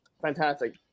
fantastic